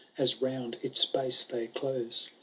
as round its base they close.